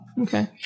okay